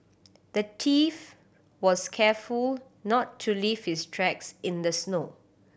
the thief was careful not to leave his tracks in the snow